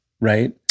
Right